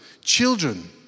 children